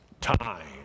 time